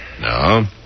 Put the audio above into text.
No